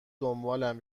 دنبالم